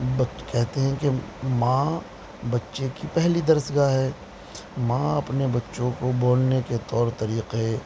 بچ کہتے ہیں کہ ماں بچے کی پہلی درسگاہ ہے ماں اپنے بچوں کو بولنے کے طور طریقے